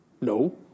No